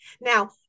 Now